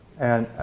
and